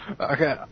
Okay